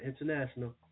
International